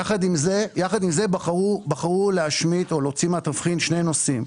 יחד עם זאת בחרו להשמיט או להוציא מהתבחין שני נושאים.